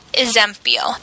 esempio